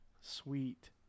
sweet